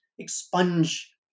expunge